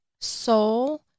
soul